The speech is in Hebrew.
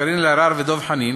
קארין אלהרר ודב חנין,